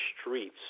streets